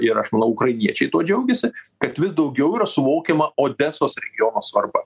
ir aš manau ukrainiečiai tuo džiaugiasi kad vis daugiau yra suvokiama odesos regiono svarba